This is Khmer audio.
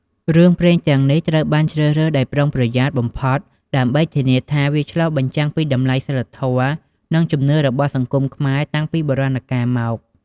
រឿងព្រេងនិទានទាំងនេះត្រូវបានជ្រើសរើសដោយប្រុងប្រយ័ត្នបំផុត ដើម្បីធានាថាវាឆ្លុះបញ្ចាំងពីតម្លៃ សីលធម៌ និងជំនឿរបស់សង្គមខ្មែរតាំងពីបុរាណកាលមក។